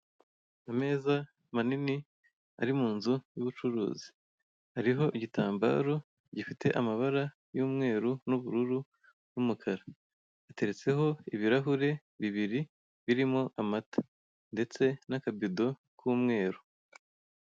Ameza manini, ari mu nzu y'ubucuruzi. Ariho igitambaro gifite amabara y'umweru n'ubururu n'umukara. Ateretseho ibirahure bibiri, birimo amata. Ndetse n'akabido k'umweru.